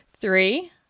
three